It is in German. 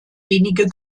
wenige